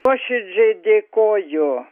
nuoširdžiai dėkoju